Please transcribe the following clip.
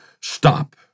stop